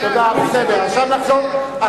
תשעה חודשים, תודה, בסדר, עכשיו נחזור.